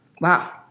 Wow